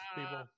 people